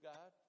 God